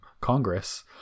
Congress